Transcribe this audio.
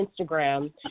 Instagram